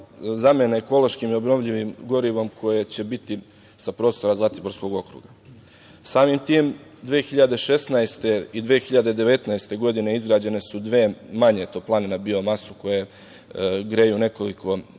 zamene ekološkim i obnovljivim gorivom koje će biti sa prostora zlatiborskog okruga. Samim tim 2016. godine i 2019. godine izrađene su dve manje toplane na biomasu koje greju nekoliko javnih